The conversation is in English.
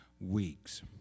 weeks